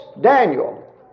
Daniel